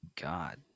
god